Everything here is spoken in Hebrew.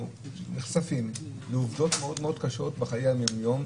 נחשפים לעובדות מאוד קשות בחיי היום-יום.